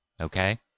okay